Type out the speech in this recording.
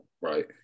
right